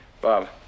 Bob